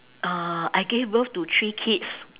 uh I gave birth to three kids